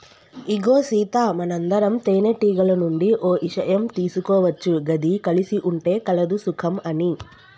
ఇగో సీత మనందరం తేనెటీగల నుండి ఓ ఇషయం తీసుకోవచ్చు గది కలిసి ఉంటే కలదు సుఖం అని